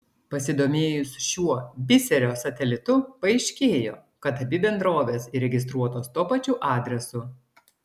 pasidomėjus šiuo biserio satelitu paaiškėjo kad abi bendrovės įregistruotos tuo pačiu adresu